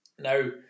Now